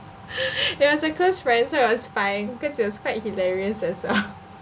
it was a close friend so it was fine cause it was quite hilarious as well